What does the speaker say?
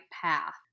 path